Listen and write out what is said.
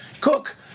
Cook